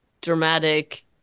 dramatic